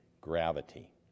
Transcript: gravity